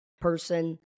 person